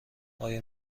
آیا